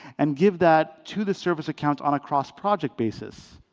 and give that to the service account on a cross project basis.